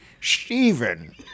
Stephen